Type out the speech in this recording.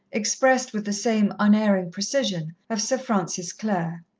expressed with the same unerring precision, of sir francis clare.